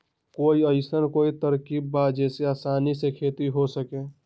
कोई अइसन कोई तरकीब बा जेसे आसानी से खेती हो सके?